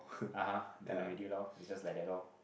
(uh huh) done already lor is just like that lor